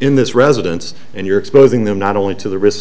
in this residence and you're exposing them not only to the risks